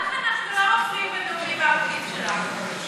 לך אנחנו לא מפריעים בנאומים הארוכים שלך.